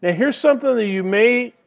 ah here's something that you may